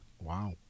Wow